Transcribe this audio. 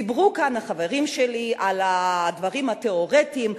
דיברו כאן החברים שלי על הדברים התיאורטיים,